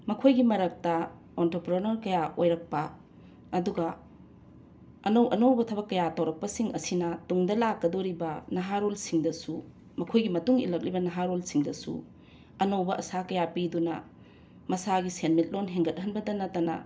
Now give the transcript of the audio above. ꯃꯈꯣꯏꯒꯤ ꯃꯔꯛꯇ ꯑꯣꯟꯇ꯭ꯔꯄ꯭ꯔꯅꯣꯔ ꯀꯌꯥ ꯑꯣꯏꯔꯛꯄ ꯑꯗꯨꯒ ꯑꯅꯧ ꯑꯅꯧꯕ ꯊꯕꯛ ꯀꯌꯥ ꯇꯧꯔꯛꯄꯁꯤꯡ ꯑꯁꯤꯅ ꯇꯨꯡꯗ ꯂꯥꯛꯀꯗꯧꯔꯤꯕ ꯅꯍꯥꯔꯣꯜꯁꯤꯡꯗꯁꯨ ꯃꯈꯣꯏꯒꯤ ꯃꯇꯨꯡ ꯏꯜꯂꯛꯂꯤꯕ ꯅꯍꯥꯔꯣꯟꯁꯤꯡꯗꯁꯨ ꯑꯅꯧꯕ ꯑꯁꯥ ꯀꯌꯥ ꯄꯤꯗꯨꯅ ꯃꯁꯥꯒꯤ ꯁꯦꯟꯃꯤꯠꯂꯣꯟ ꯍꯦꯟꯒꯠꯍꯟꯕꯇ ꯅꯠꯇꯅ